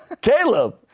Caleb